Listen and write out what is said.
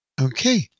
Okay